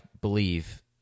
believe